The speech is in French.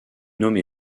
nommé